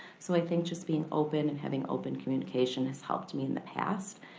so i think just being open and having open communication has helped me in the past.